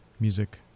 Music